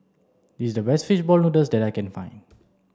this is the best fish ball noodles that I can find